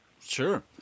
sure